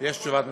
יש תשובת ממשלה.